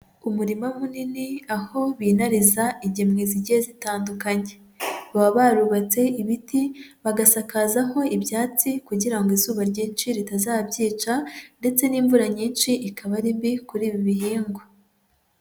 Umurima munini aho binariza ingemwe zigiye zitandukanye, baba barubatse ibiti bagasakazaho ibyatsi kugira ngo izuba ryinshi ritazabyica ndetse n'imvura nyinshi ikaba ari mbi kuri ibi bihingwa.